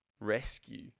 rescue